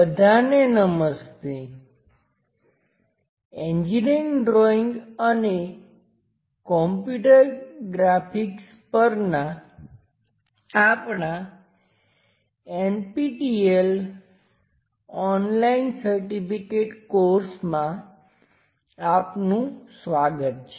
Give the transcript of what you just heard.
બધાને નમસ્તે engineering drawing અને computer graphics Engineering Drawing Computer Graphics પરના આપણાં NPTEL ઓનલાઇન સર્ટિફિકેટ કોર્સમાં આપનું સ્વાગત છે